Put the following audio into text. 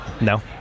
No